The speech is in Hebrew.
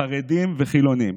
חרדים וחילונים,